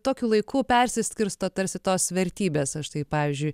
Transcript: tokiu laiku persiskirsto tarsi tos vertybės štai pavyzdžiui